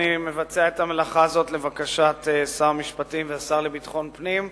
אני מבצע את המלאכה הזאת לבקשת שר המשפטים והשר לביטחון פנים.